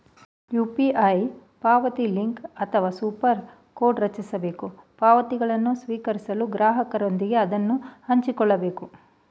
UPI ಪಾವತಿಲಿಂಕ್ ಅಥವಾ ಸೂಪರ್ ಕೋಡ್ನ್ ರಚಿಸಬೇಕು ಪಾವತಿಗಳನ್ನು ಸ್ವೀಕರಿಸಲು ಗ್ರಾಹಕರೊಂದಿಗೆ ಅದನ್ನ ಹಂಚಿಕೊಳ್ಳಬೇಕು